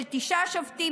של תשעה שופטים,